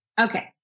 Okay